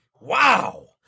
Wow